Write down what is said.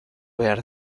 behar